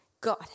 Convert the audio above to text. God